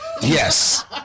Yes